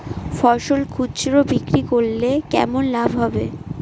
ফসল খুচরো বিক্রি করলে কেমন লাভ হবে?